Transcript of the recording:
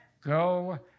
Go